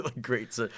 Great